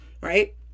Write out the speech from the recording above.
right